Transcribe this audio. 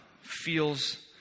feels